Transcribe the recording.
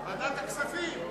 ועדת הכספים,